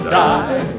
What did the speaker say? die